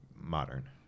modern